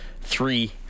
Three